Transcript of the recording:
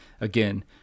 again